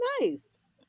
nice